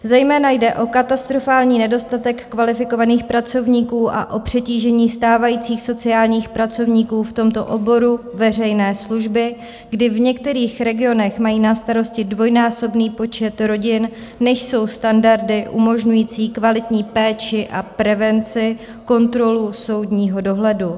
Zejména jde o katastrofální nedostatek kvalifikovaných pracovníků a o přetížení stávajících sociálních pracovníků v tomto oboru veřejné služby, kdy v některých regionech mají na starosti dvojnásobný počet rodin, než jsou standardy umožňující kvalitní péči a prevenci, kontrolu soudního dohledu.